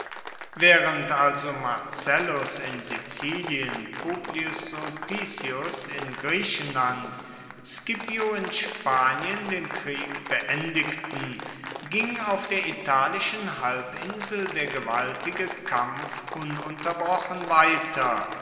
waehrend also marcellus in sizilien publius sulpicius in griechenland scipio in spanien den krieg beendigten ging auf der italischen halbinsel der gewaltige kampf ununterbrochen weiter